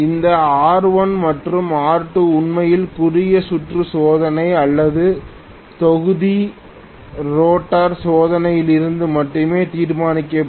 இந்த R1 மற்றும் R2 உண்மையில் குறுகிய சுற்று சோதனை அல்லது தொகுதி ரோட்டார் சோதனையிலிருந்து மட்டுமே தீர்மானிக்கப்படும்